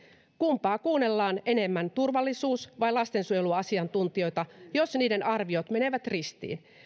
kumpaa kuunnellaan enemmän turvallisuus vai lastensuojeluasiantuntijoita jos niiden arviot menevät ristiin